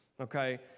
Okay